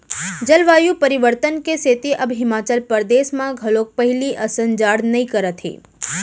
जलवायु परिवर्तन के सेती अब हिमाचल परदेस म घलोक पहिली असन जाड़ नइ करत हे